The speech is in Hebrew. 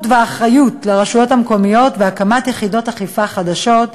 והאחריות לרשויות המקומיות והקמת יחידות אכיפה חדשות,